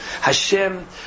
Hashem